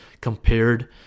compared